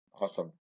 Awesome